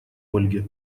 ольге